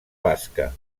basca